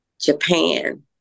Japan